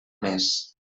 més